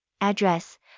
Address